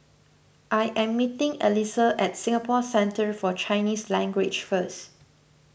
I am meeting Alesia at Singapore Centre for Chinese Language first